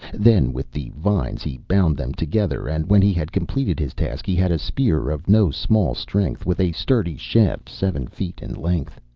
then with the vines he bound them together, and when he had completed his task, he had a spear of no small strength, with a sturdy shaft seven feet in length.